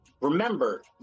remember